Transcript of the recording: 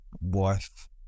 wife